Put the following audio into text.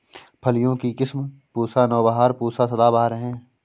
फलियों की किस्म पूसा नौबहार, पूसा सदाबहार है